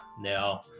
Now